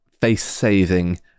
face-saving